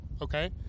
okay